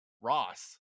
Ross